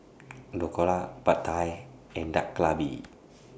Dhokla Pad Thai and Dak Galbi